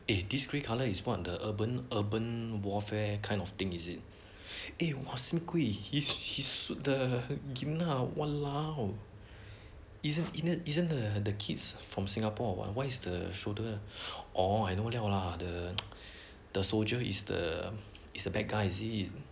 eh this grey colour is one of the urban urban warfare kind of thing is it eh !wah! he's he's the !walao! isn't isn't isn't the the kids from singapore or what why is the soldier orh I know liao lah the the soldier is the is the bad guy it